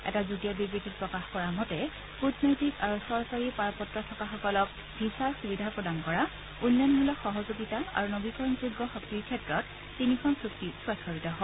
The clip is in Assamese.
এটা যুটীয়া বিবৃতিত প্ৰকাশ কৰা মতে কূটনৈতিক আৰু চৰকাৰী পাৰ পত্ৰ থকাসকলক ভিছাৰ সুবিধা প্ৰদান কৰা উন্নয়নমূলক সহযোগিতা আৰু নৱীকৰণযোগ্য শক্তিৰ ক্ষেত্ৰত তিনিখন চুক্তি স্বাক্ষৰিত হয়